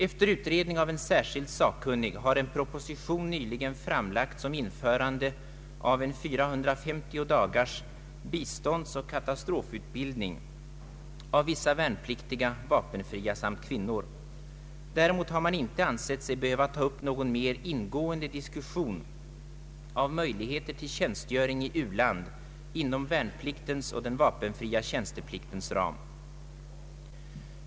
Efter utredning av en särskild sakkunnig har en proposition nyligen framlagts om införande av en 450 dagars biståndsoch katastrofutbildning av vissa värnpliktiga, vapenfria samt kvinnor. Däremot har man inte ansett sig behöva ta upp någon mer ingående diskussion av möjligheter till tjänstgöring i u-land inom värnpliktens och den vapenfria tjänstepliktens ram.